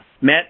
met